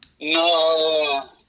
No